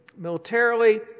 militarily